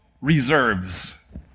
reserves